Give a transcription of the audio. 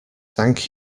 thank